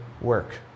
work